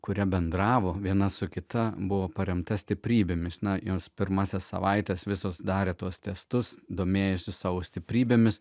kuria bendravo viena su kita buvo paremta stiprybėmis na jos pirmąsias savaites visos darė tuos testus domėjosi savo stiprybėmis